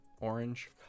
orange